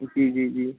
जी जी जी